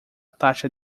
taxa